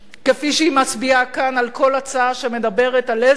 כפי שהיא מצביעה כאן על כל הצעה שמדברת על איזשהו